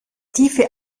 tiefe